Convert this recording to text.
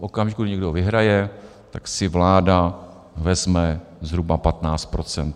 V okamžiku, kdy někdo vyhraje, tak si vláda vezme zhruba 15 %.